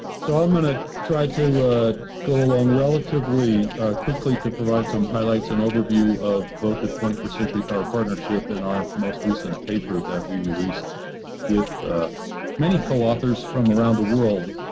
so i'm going to try to go along relative quickly to provide some highlights and overview of both the twenty first century power partnership and our most recent paper that we released with many co-authors from around the world